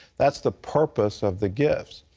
that's the purpose of the gifts.